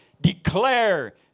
declare